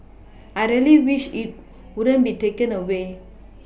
I really wish it wouldn't be taken away